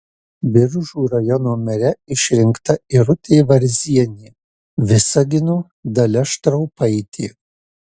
biržų rajono mere išrinkta irutė varzienė visagino dalia štraupaitė